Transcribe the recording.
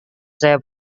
saya